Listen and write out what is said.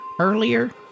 earlier